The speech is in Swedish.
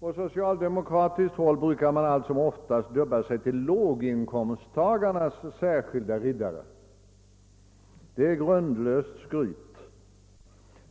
På socialdemokratiskt håll brukar man allt som oftast dubba sig till låginkomsttagarnas särskilda riddare. Det är grundlöst skryt.